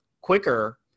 quicker